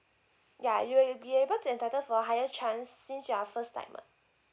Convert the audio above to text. ya you will be able to entitle for a higher chance since you are first timer